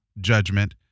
judgment